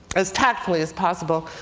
as tactfully as possible,